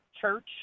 church